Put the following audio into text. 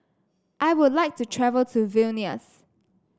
I would like to travel to Vilnius